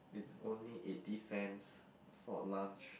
it's only eighty cents for lunch